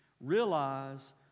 Realize